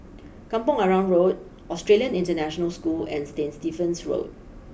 Kampong Arang Road Australian International School and Saint Stephen's School